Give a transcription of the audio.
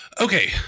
okay